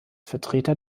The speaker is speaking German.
vertreter